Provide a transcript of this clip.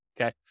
okay